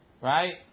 right